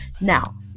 Now